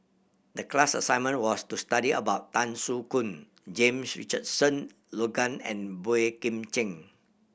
the class assignment was to study about Tan Soo Khoon James Richardson Logan and Boey Kim Cheng